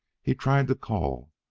he tried to call,